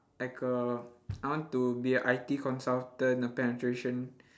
like a I want to be a I_T consultant a penetration